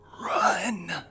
Run